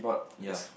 ya